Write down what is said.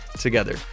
together